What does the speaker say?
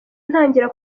ntangira